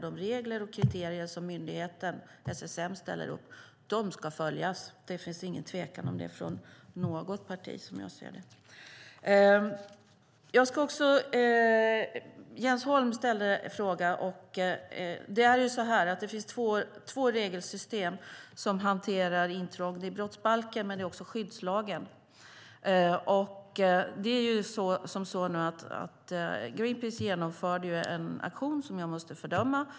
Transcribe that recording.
De regler och kriterier som myndigheten, SSM, ställer upp ska följas. Det finns ingen tvekan från något parti om den saken. Jens Holm ställde en fråga. Det finns två regelsystem som hanterar intrång i brottsbalken, men där finns också skyddslagen. Greenpeace genomförde en aktion som jag måste fördöma.